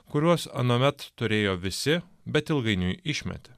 kuriuos anuomet turėjo visi bet ilgainiui išmetė